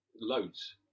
loads